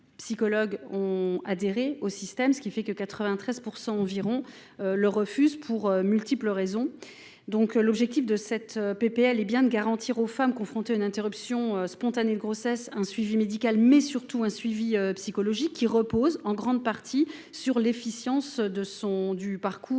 ont adhéré au système, 93 % environ le refusant, pour de multiples raisons. L'objectif de cette proposition de loi est bien de garantir aux femmes confrontées à une interruption spontanée de grossesse un suivi médical, mais surtout un suivi psychologique, qui repose en grande partie sur l'efficience de MonParcoursPsy.